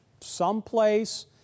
someplace